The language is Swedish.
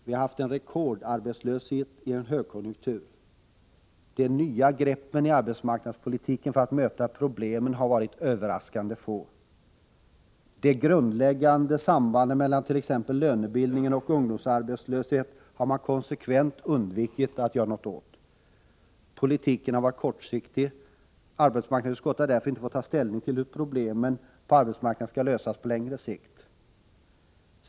Vi har haft rekordarbetslöshet i en högkonjunktur. De nya greppen i arbetsmarknadspolitiken för att möta problemen har varit överraskande få. De grundläggande sambanden mellan t.ex. lönebildning och ungdomsarbetslöshet har man konsekvent undvikit att göra något åt. Politiken har varit kortsiktig. Arbetsmarknadsutskottet har därför inte fått ta ställning till hur problemen på arbetsmarknaden skall lösas på längre sikt.